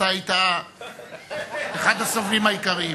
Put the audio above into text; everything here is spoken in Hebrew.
אתה היית אחד הסובלים העיקריים.